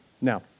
Now